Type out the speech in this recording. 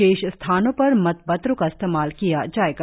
शेष स्थानों पर मतपत्रों का इस्तेमाल किया जाएगा